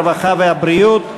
הרווחה והבריאות,